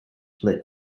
split